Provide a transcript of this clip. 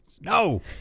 No